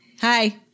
Hi